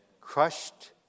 crushed